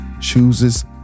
chooses